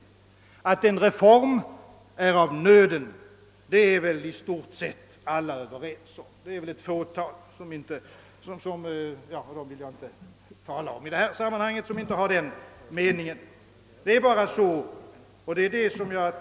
Att en reform är av nöden, är väl i stort sett alla överens om; det få tal som inte har denna mening vill jag inte tala om i detta sammanhang.